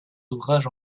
ouvrages